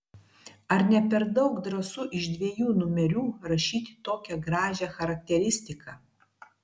ar ne per daug drąsu iš dviejų numerių rašyti tokią gražią charakteristiką